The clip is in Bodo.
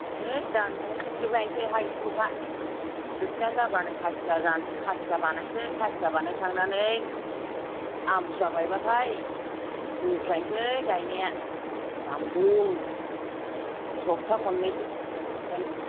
ए जोहा न'आव ख्लेब ख्लेब गायसै हा एसेल'खा खोथिया जाबानो खासिया खासिया बानायनोसै खासिया बानायखांनानै आमथिसुवा बायबाथाय होख्लायसै गायनाया दाम दुम सफथा खननैसो